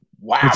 Wow